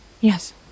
yes